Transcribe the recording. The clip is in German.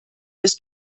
bis